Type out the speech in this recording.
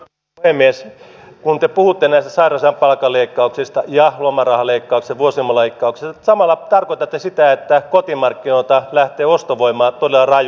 kun te puhutte näistä sairausajan palkkaleikkauksista ja lomarahaleikkauksista vuosilomaleikkauksista te samalla tarkoitatte sitä että kotimarkkinoilta lähtee ostovoimaa todella rajusti